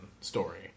story